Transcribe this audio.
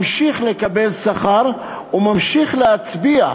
ממשיך לקבל שכר וממשיך להצביע.